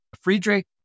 Friedrich